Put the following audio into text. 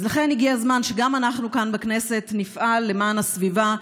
לכן הגיע הזמן שגם אנחנו כאן בכנסת נפעל למען הסביבה,